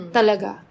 Talaga